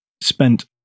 spent